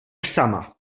sama